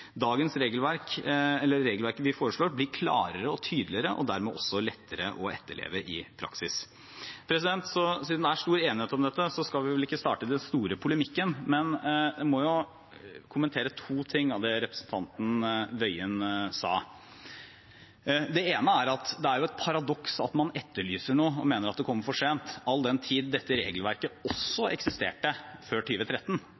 Regelverket vi foreslår, blir klarere og tydeligere, og dermed også lettere å etterleve i praksis. Siden det er stor enighet om dette, skal jeg ikke starte den store polemikken, men jeg må kommentere to ting i det representanten Tingelstad Wøien sa. Det ene er at det er et paradoks at man nå etterlyser og mener at det kommer for sent, all den tid dette regelverket eksisterte også